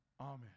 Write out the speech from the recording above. Amen